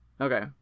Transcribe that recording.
okay